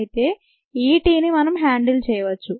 అయితే E t ని మనం హ్యాండిల్ చేయవచ్చు